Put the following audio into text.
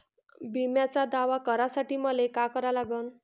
बिम्याचा दावा करा साठी मले का करा लागन?